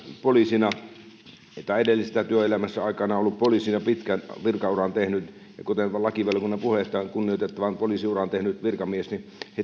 poliisina tästä tai edellisessä työelämässä aikanaan on ollut poliisi ja pitkän virkauran tehnyt hän ja lakivaliokunnan puheenjohtaja kunnioitettavan poliisiuran tehnyt virkamies